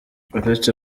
uretse